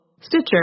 Stitcher